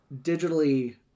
digitally